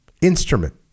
Instrument